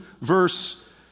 verse